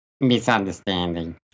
misunderstanding